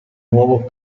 nuovo